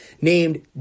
named